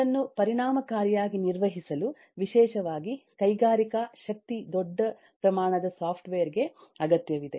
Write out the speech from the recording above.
ಅದನ್ನು ಪರಿಣಾಮಕಾರಿಯಾಗಿ ನಿರ್ವಹಿಸಲು ವಿಶೇಷವಾಗಿ ಕೈಗಾರಿಕಾ ಶಕ್ತಿ ದೊಡ್ಡ ಪ್ರಮಾಣದ ಸಾಫ್ಟ್ವೇರ್ ಗೆ ಅಗತ್ಯವಿದೆ